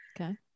Okay